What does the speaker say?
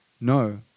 No